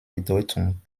bedeutung